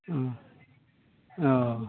अ अ